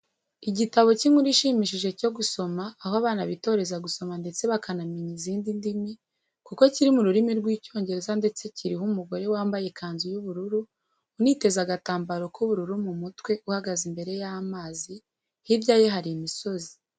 Igitabo cy'inkuru ishimishije cyo gusoma aho abana bitoreza guoma ndetse bakanamenya izindi ndimi kuko kiri mu rurimi rw'icyongereza ndetse kiriho umugore wambaye ikanzu y'ubururu, uniteze agatambaro k'ubururu mu mutwe uhagze imbere y'amazi, hirya ye hari imisozi.